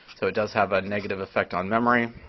so it does have a negative effect on memory.